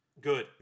good